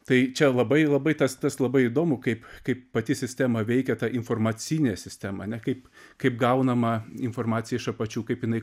tai čia labai labai tas tas labai įdomu kaip kaip pati sistema veikia ta informacinė sistema ne kaip kaip gaunama informacija iš apačių kaip jinai